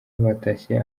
batashye